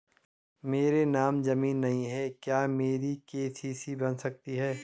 मेरे नाम ज़मीन नहीं है क्या मेरी के.सी.सी बन सकती है?